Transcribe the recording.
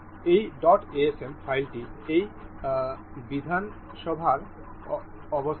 এই dot asm ফাইলটি এই বিধানসভার অবস্থা